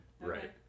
Right